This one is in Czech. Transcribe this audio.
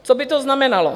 Co by to znamenalo?